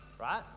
right